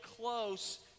close